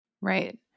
Right